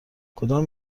کدام